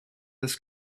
this